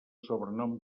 sobrenom